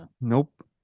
Nope